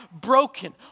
Broken